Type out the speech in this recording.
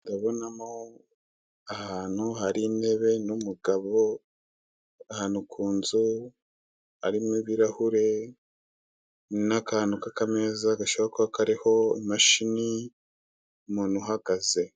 Ndabonamo ahantu hari intebe n'umugabo, ahantu ku nzu, harimo ibirahure, n'akantu k'akameza, gashobora kuba kariho imashini, umuntu uhagaze.